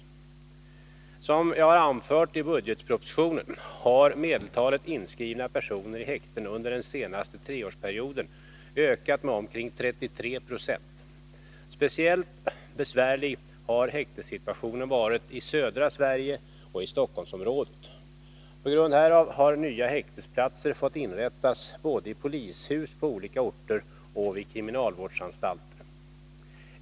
vissa regler om fri Som jag har anfört i budgetpropositionen har hetsberövande medeltalet inskrivna personer i häkten under den senaste treårsperioden ökat med omkring 33 20. Speciellt besvärlig har häktessituationen varit i södra Sverige och i Stockholmsområdet. På grund härav har nya häktesplatser fått inrättas både i polishus på olika orter och vid kriminalvårdsanstalter.